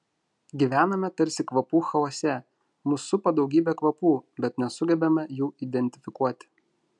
gyvename tarsi kvapų chaose mus supa daugybė kvapų bet nesugebame jų identifikuoti